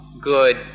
good